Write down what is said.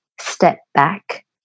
step-back